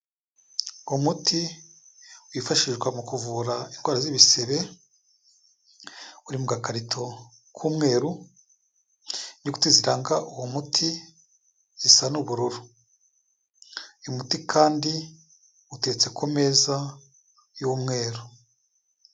Umuti wifashishwa mu kuvura indwara z'ibisebe, uri mu gakarito k'umweru, inyuguti zitanga uwo muti zisa n'ubururu. Uyu muti kandi uteretse ku meza y'umweru.